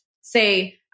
say